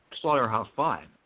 Slaughterhouse-Five